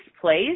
place